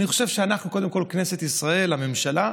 אני חושב שאנחנו, קודם כול כנסת ישראל, הממשלה,